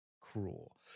cruel